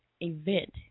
event